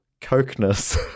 cokeness